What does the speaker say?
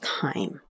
time